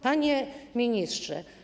Panie Ministrze!